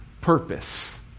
purpose